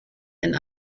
and